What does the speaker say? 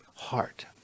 heart